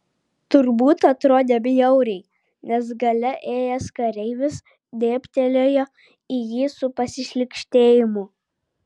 turbūt atrodė bjauriai nes gale ėjęs kareivis dėbtelėjo į jį su pasišlykštėjimu